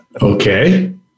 Okay